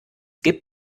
gibt